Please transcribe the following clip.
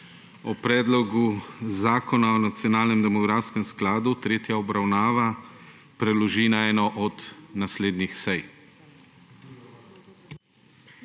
o Predlogu zakona o nacionalnem demografskem skladu, tretja obravnava, preloži na eno od naslednjih sej.